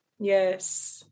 Yes